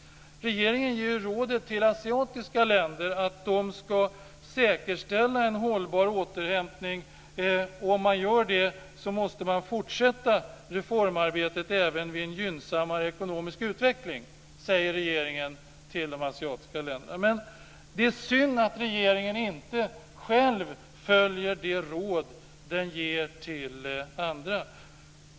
Regeringen ger rådet till asiatiska länder att de ska säkerställa en hållbar återhämtning och att om de gör det måste de fortsätta reformarbetet även vid en gynnsammare ekonomisk utveckling. Det är synd att regeringen inte själv följer det råd som den ger till andra.